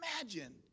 imagine